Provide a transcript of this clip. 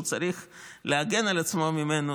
שהוא צריך להגן על עצמו ממנו,